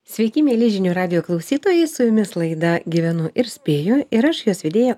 sveiki mieli žinių radijo klausytojai su jumis laida gyvenu ir spėju ir aš jos vedėja